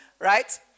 Right